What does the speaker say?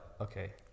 okay